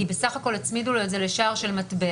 כי בסך הכול הצמידו לו את זה לשער של מטבע,